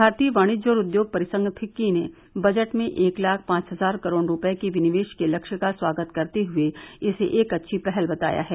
भारतीय वाणिज्य और उद्योग परिसंघ फिक्की ने बजट में एक लाख पांच हजार करोड़ रूपये के विनिवेश के लक्ष्य का स्वागत करते हुए इसे एक अच्छी पहल बताया है